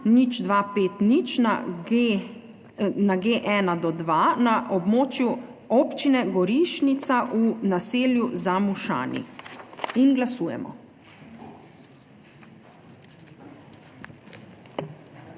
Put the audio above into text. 0250 na G1-2 na območju Občine Gorišnica v naselju Zamušani. Glasujemo.